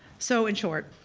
so in short,